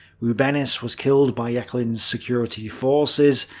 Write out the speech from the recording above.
rubenis was killed by jeckeln's security forces,